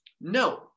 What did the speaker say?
No